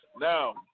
Now